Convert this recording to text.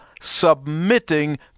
submitting